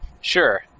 Sure